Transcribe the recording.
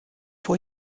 vor